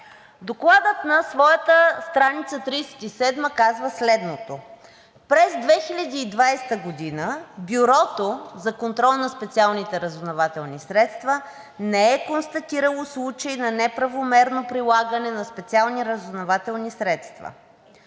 Докладът на своята стр. 37 казва следното: „През 2020 г. Бюрото за контрол на специалните разузнавателни средства не е констатирало случай на неправомерно прилагане на специални разузнавателни средства,